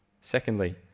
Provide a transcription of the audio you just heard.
Secondly